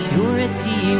Purity